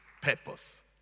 purpose